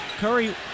Curry